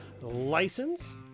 License